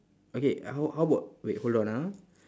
okay how how about wait hold on ah